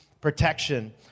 protection